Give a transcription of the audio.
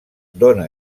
dóna